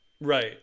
right